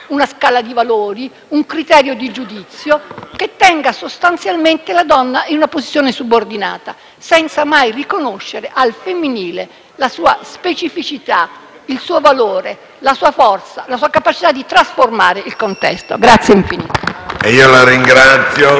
tenga sostanzialmente la donna in una posizione subordinata, senza mai riconoscere al femminile la sua specificità, il suo valore, la sua forza, la sua capacità di trasformare il contesto. *(Applausi